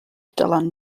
dylan